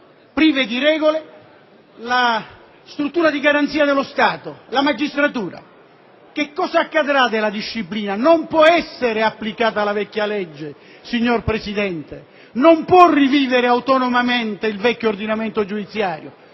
al luglio 2007, la struttura di garanzia dello Stato, la magistratura. Che cosa accadrà della disciplina? Non può essere applicata la vecchia legge, signor Presidente; non può rivivere autonomamente il vecchio ordinamento giudiziario.